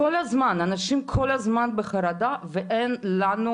אנשים כל הזמן בחרדה ואין לנו,